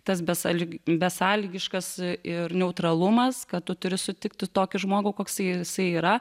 tas besąlyg besąlygiškas ir neutralumas kad tu turi sutikti tokį žmogų koksai jisai yra